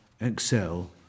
Excel